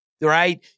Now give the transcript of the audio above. right